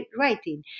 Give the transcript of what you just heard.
writing